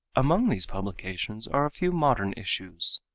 among these publications are a few modern issues.